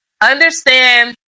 understand